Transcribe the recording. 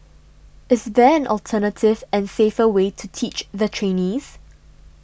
is there an alternative and safer way to teach the trainees